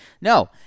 no